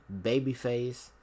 Babyface